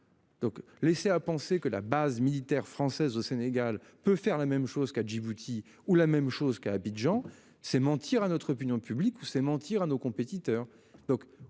Donc laisser à penser que la base militaire française au Sénégal peut faire la même chose qu'à Djibouti, où la même chose qu'à Abidjan c'est mentir à notre opinion publique ou c'est mentir à nos compétiteurs.